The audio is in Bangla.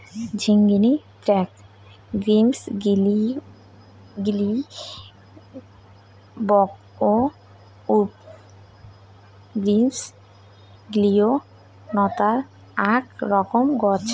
ঝিঙ্গিনী এ্যাকনা গ্রীষ্মমণ্ডলীয় বর্গ ও উপ গ্রীষ্মমণ্ডলীয় নতার আক রকম গছ